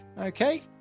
Okay